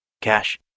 cash